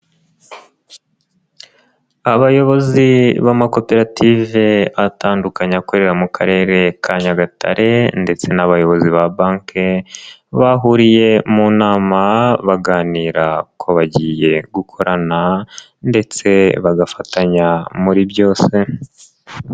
Abayobozi b'amakoperative atandukanye, akorera mu Karere ka Nyagatare ndetse n'abayobozi ba banki, bahuriye mu nama baganira ko bagiye gukorana ndetse bagafatanya muri byose.